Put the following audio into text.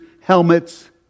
helmets